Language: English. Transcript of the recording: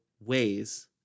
ways